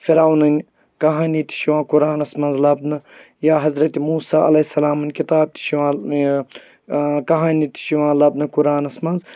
فِرعونٕن کہانی تہِ چھِ یِوان قرانَس منٛز لَبنہٕ یا حضرتہِ موٗسا علیہ سلامن کِتاب تہِ چھِ یِوان کہانی تہِ چھِ یِوان لَبنہٕ قُرانَس منٛز